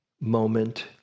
moment